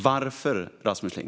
Varför, Rasmus Ling?